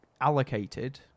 allocated